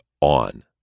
on